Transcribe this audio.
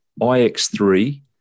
iX3